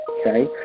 okay